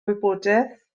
wybodaeth